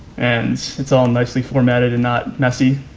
and it's all nicely formatted and not messy.